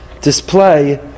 display